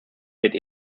wird